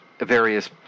Various